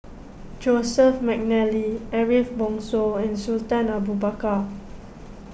Joseph McNally Ariff Bongso and Sultan Abu Bakar